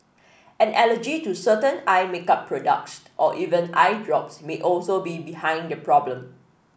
an allergy to certain eye makeup products or even eye drops may also be behind the problem